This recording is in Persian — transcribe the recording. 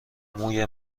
موی